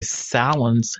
silence